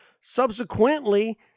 Subsequently